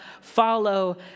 follow